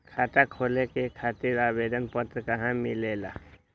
खाता खोले खातीर आवेदन पत्र कहा मिलेला?